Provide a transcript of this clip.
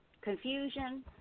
confusion